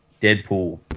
Deadpool